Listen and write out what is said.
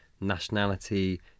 nationality